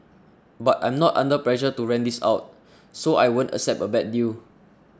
but I'm not under pressure to rent this out so I won't accept a bad deal